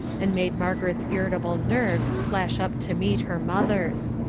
and made margaret's irritable nerves flash up to meet her mother's.